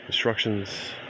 instructions